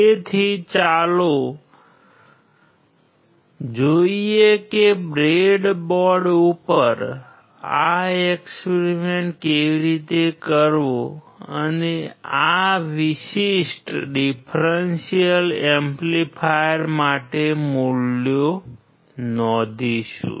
તેથી ચાલો જોઈએ કે બ્રેડબોર્ડ ઉપર આ એક્સપેરિમેન્ટ કેવી રીતે કરવો અને આપણે આ વિશિષ્ટ ડીફ્રેન્શિઅલ એમ્પ્લીફાયર માટે મૂલ્યો નોંધીશું